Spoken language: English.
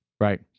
Right